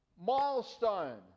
milestone